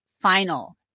final